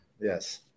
yes